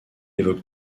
évoque